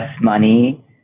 money